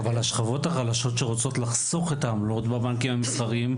אבל השכבות החלשות שרוצות לחסוך את העמלות בבנקים המסחריים,